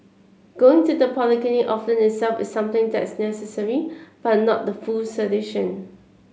going to the polyclinic often itself is something that's necessary but not the full solution